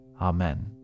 Amen